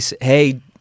hey